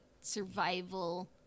survival